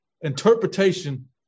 interpretation